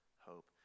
hope